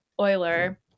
Euler